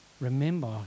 remember